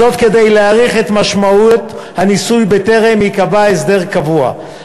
כדי להעריך את משמעות הניסוי בטרם ייקבע הסדר קבוע.